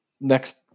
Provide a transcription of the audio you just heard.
Next